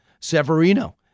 Severino